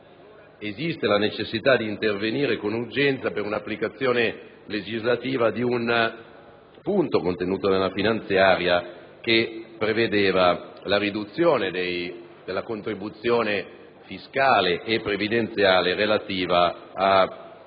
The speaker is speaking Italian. ravvisa la necessità di intervenire con urgenza per l'applicazione legislativa di un dispositivo contenuto nella finanziaria, che prevedeva la riduzione della contribuzione fiscale e previdenziale relativa ai